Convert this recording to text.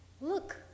Look